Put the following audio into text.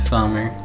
Summer